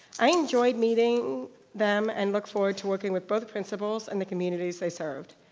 i enjoyed meeting them and look forward to working with both principals and the communities they served.